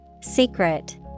Secret